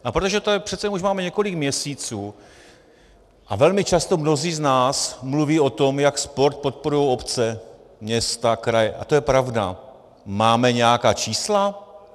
A protože to přece jenom už máme několik měsíců, a velmi často mnozí z nás mluví o tom, jak sport podporují obce, města, kraje, a to je pravda, máme nějaká čísla?